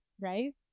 Right